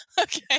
okay